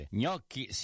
Gnocchi